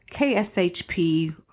KSHP